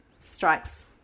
strikes